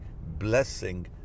blessing